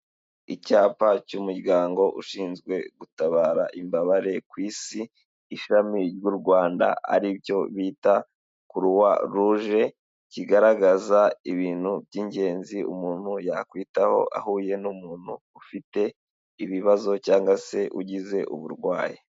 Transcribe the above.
Icyapa cy'umuryango ushinzwe gutabara imbabare ku isi, ishami ry'u Rwanda ariryo bita Croix rouge, kigaragaza ibintu by'ingenzi umuntu yakwitaho ahuye n'umuntu ufite ibibazo, cyangwa se ugize uburwayi.